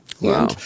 Wow